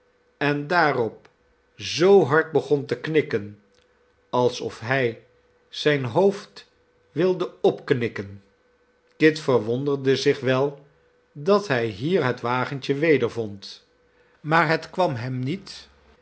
en daarop zoo hard begon te knikken also hij zijn hoofd wilde opknikken kit verwonderde zich wel dat hij hier het wagentje wedervond maar het kwam hem niet